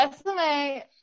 SMA